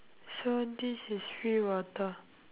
so this is free water